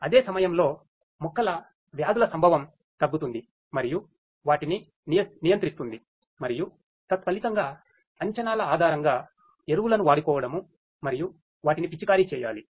అదే సమయంలో మొక్కల వ్యాధుల సంభవం తగ్గుతుంది మరియు వాటిని నియంత్రిస్తుంది మరియు తత్ఫలితంగా అంచనాల ఆధారంగా ఎరువులను వాడుకోవడము మరియు వాటిని పిచికారీ చేయాలి